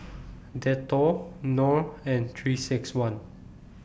Dettol Knorr and three six one